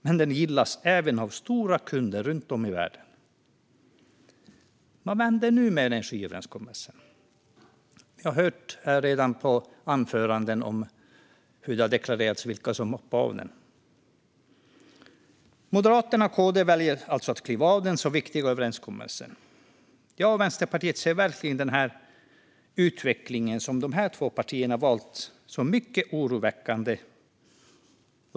Men det gillas även av stora kunder runt om i världen. Vad händer nu med energiöverenskommelsen? I anföranden har det deklarerats vilka som har hoppat av den. Moderaterna och Kristdemokraterna väljer alltså att kliva av den så viktiga överenskommelsen. Jag och Vänsterpartiet ser verkligen den utveckling som dessa två partier har valt som mycket oroväckande.